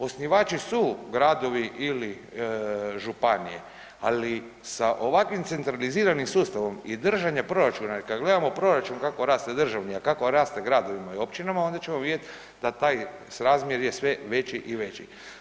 Osnivači su gradovi ili županije, ali sa ovakvim centraliziranim sustavom i držanje proračuna i kad gledamo proračun kako raste državni, a kako raste gradovima i općinama, onda ćemo vidjeti da taj srazmjer je sve veći i veći.